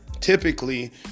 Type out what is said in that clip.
Typically